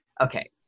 Okay